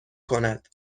کند